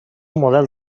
model